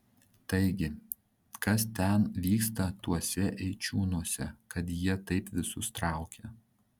taigi kas ten vyksta tuose eičiūnuose kad jie taip visus traukia